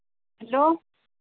hello